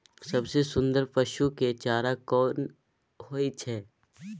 सबसे सुन्दर पसु के चारा कोन होय छै?